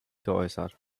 geäußert